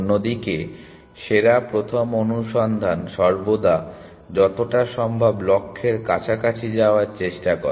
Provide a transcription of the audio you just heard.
অন্যদিকে সেরা প্রথম অনুসন্ধান সর্বদা যতটা সম্ভব লক্ষ্যের কাছাকাছি যাওয়ার চেষ্টা করে